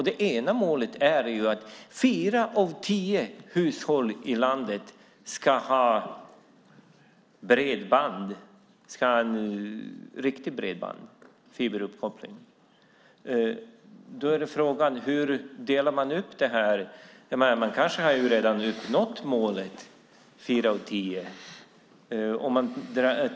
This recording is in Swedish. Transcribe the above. Det ena målet är att fyra av tio hushåll i landet ska ha riktigt bredband - fiberuppkoppling. Frågan är hur man delar upp här. Kanske har man redan nått målet om fyra av tio hushåll.